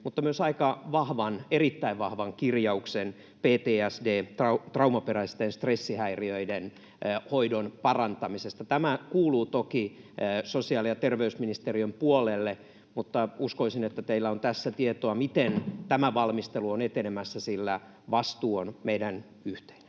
mutta myös erittäin vahvan kirjauksen PTSD‑ eli traumaperäisten stressihäiriöiden hoidon parantamisesta. Tämä kuuluu toki sosiaali‑ ja terveysministeriön puolelle, mutta uskoisin, että teillä on tässä tietoa, miten tämä valmistelu on etenemässä, sillä vastuu on meidän yhteinen.